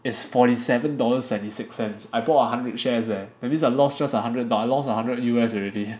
it's forty seven dollars seventy six cents I bought one hundred shares leh that means I lost just a hundred buck I lost a hundred U_S already